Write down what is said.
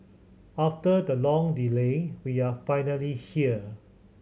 after the long delay we are finally here